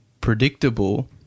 predictable